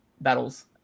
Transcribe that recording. battles